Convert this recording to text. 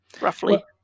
roughly